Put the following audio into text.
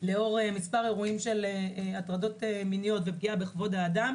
לאור מספר אירועים של הטרדות מיניות ופגיעה בכבוד האדם,